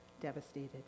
devastated